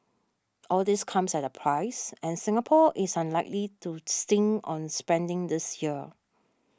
all this comes at a price and Singapore is unlikely to stint on spending this year